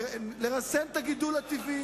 לרסן את הגידול הטבעי.